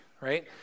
right